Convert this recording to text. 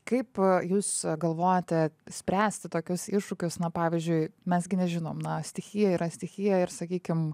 kaip jūs galvojate spręsti tokius iššūkius na pavyzdžiui mes gi nežinom na stichija yra stichija ir sakykim